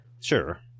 Sure